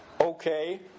Okay